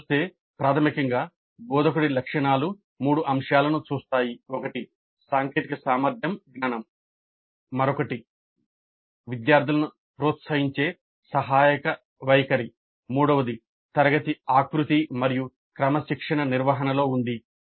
మీరు చూస్తే ప్రాథమికంగా బోధకుడి లక్షణాలు మూడు అంశాలను చూస్తాయి ఒకటి సాంకేతిక సామర్థ్యం జ్ఞానం మరొకటి వైఖరి విద్యార్థులను ప్రోత్సహించే సహాయక వైఖరి మూడవది తరగతి ఆకృతి మరియు క్రమశిక్షణ నిర్వహణలో ఉంది